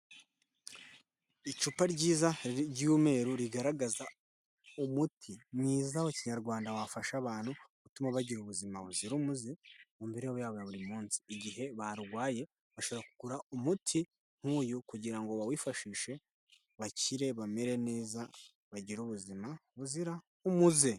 Icupa ryiza ry'umweru rigaragaza umuti mwiza wa Kinyarwanda, wafasha abantu gutuma bagira ubuzima buzira umuze, mu mibereho yabo ya buri munsi, igihe barwaye bashobora kugura umuti nk'uyu kugira ngo bawifashishe bakire, bamere neza, bagire ubuzima buzira umuze.